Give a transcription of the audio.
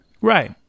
right